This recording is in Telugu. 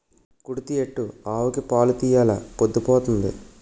కుడితి ఎట్టు ఆవుకి పాలు తీయెలా పొద్దు పోతంది